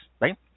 right